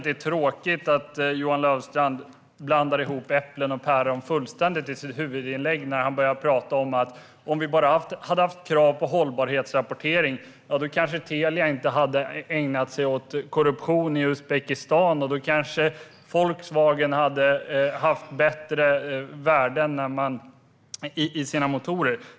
Det är tråkigt att Johan Löfstrand fullständigt blandar ihop äpplen och päron i sitt huvudinlägg när han börjar tala om att om vi bara hade haft krav på hållbarhetsrapportering kanske inte Telia hade ägnat sig åt korruption i Uzbekistan och Volkswagen hade haft bättre värden i sina motorer.